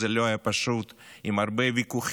זה לא היה פשוט, עם הרבה ויכוחים